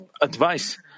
advice